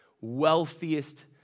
Wealthiest